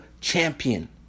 champion